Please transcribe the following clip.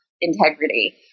integrity